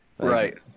right